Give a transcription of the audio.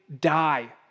die